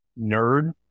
nerd